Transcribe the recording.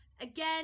Again